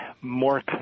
more